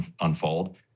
unfold